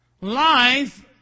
Life